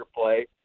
play